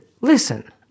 listen